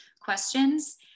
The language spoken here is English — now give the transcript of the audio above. questions